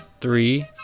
three